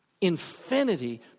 Infinity